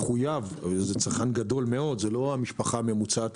צרכן גדול מאוד ולא המשפחה הממוצעת